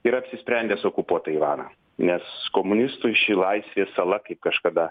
yra apsisprendęs okupuot taivaną nes komunistui ši laisvės sala kaip kažkada